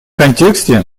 контексте